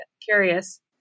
Curious